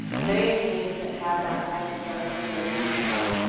they need to have that next step of learning on the job.